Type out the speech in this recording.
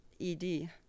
ED